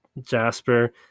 Jasper